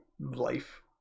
life